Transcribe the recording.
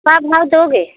क्या भाव दोगे